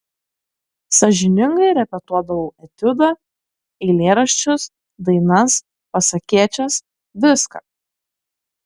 sąžiningai repetuodavau etiudą eilėraščius dainas pasakėčias viską